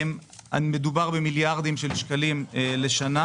מדובר במיליארדים של שקלים לשנה